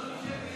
נגד, 63,